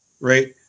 right